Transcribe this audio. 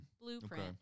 Blueprint